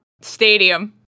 Stadium